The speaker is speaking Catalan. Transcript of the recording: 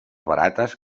barates